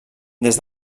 des